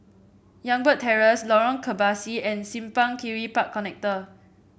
Youngberg Terrace Lorong Kebasi and Simpang Kiri Park Connector